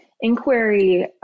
inquiry